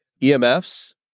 EMFs